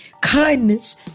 Kindness